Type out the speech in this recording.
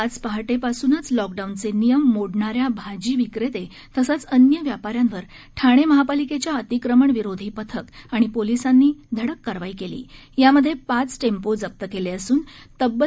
आज पहाटे पासूनच लॉकडाऊनचे नियम मोडणाऱ्या भाजी विक्रेते तसंच अन्य व्यापाऱ्यांवर ठाणे महापालिकेच्या अतिक्रमण विरोधी पथक आणि पोलिसांनी धडक कारवाई केली यामध्ये पाच टेम्पो जप्त केले असून तब्बल